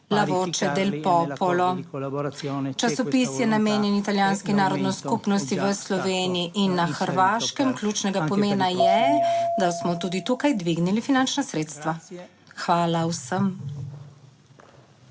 la Voce del Popolo. Časopis je namenjen italijanski narodni skupnosti v Sloveniji in na Hrvaškem. Ključnega pomena je, da smo tudi tukaj dvignili finančna sredstva. Hvala vsem.